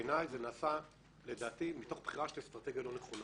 לדעתי, זה נעשה מתוך בחירה של אסטרטגיה לא נכונה.